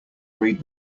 read